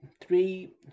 three